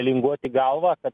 linguoti galvą kad